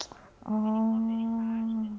oh